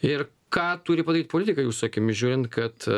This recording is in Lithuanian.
ir ką turi padaryt politikai jūsų akimis žiūrint kad